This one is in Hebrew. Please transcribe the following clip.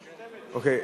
אוקיי.